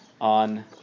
on